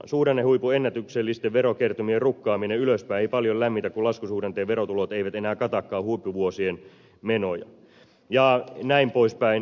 suhdannehuipun ennätyksellisten verokertymien rukkaaminen ylöspäin ei paljon lämmitä kun laskusuhdanteen verotulot eivät enää katakaan huippuvuosien menoja jnp